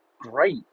Great